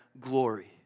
glory